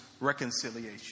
reconciliation